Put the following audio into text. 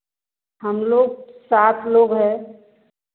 हम लोग सात लोग हैं